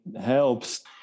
helps